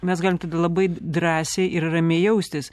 mes galim tada labai drąsiai ir ramiai jaustis